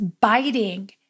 biting